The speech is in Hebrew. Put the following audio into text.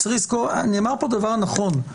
נאמר כאן דבר נכון.